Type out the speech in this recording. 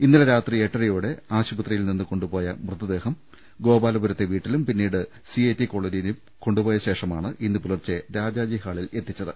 ഇന്നലെ രാത്രി എട്ടരയോടെ ആശുപത്രിയിൽ നിന്ന് കൊണ്ടുപോയ മൃതദേഹം ഗോപാലപുരത്തെ വീട്ടിലും പിന്നീട് സി ഐ ടി കോളനിയിലും കൊണ്ടുപോയ ശേഷമാണ് ഇന്ന് പുലർച്ചെ രാജാജി ഹാളിൽ എത്തിച്ചത്